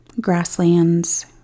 Grasslands